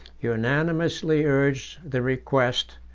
unanimously urge the request,